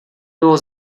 bylo